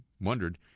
wondered